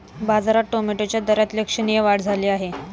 बाजारात टोमॅटोच्या दरात लक्षणीय वाढ झाली आहे